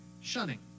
shunning